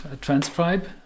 transcribe